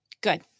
Good